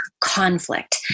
conflict